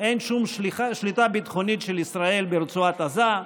אין שום שליטה ביטחונית של ישראל ברצועת עזה.